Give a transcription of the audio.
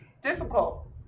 Difficult